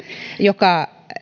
joka